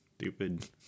Stupid